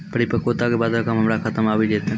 परिपक्वता के बाद रकम हमरा खाता मे आबी जेतै?